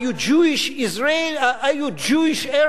Arab-Are you Jewish?